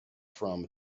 from